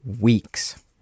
weeks